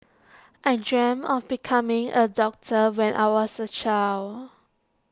I dreamt of becoming A doctor when I was A child